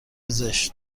زشت